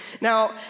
Now